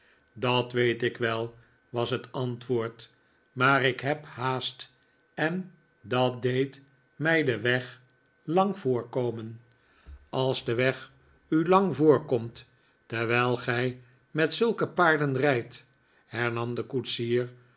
dat weet ik wel was het aiitwoord maar ik heb haast en dat deed mij den weg lang voorkomen als de weg u lang voorkomt terwijl gij met zulke paarden rijdt hernam de koetsier